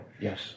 Yes